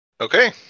Okay